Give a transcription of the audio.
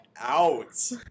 out